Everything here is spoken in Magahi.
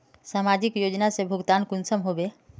समाजिक योजना से भुगतान कुंसम होबे?